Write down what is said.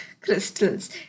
crystals